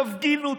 תפגינו,